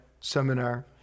seminar